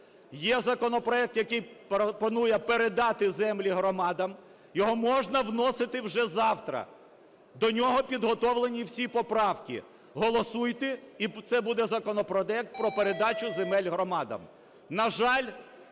Є законопроект, який пропонує передати землі громадам. Його можна вносити вже завтра, до нього підготовлені всі поправки. Голосуйте і це буде законопроект про передачу земель громадам.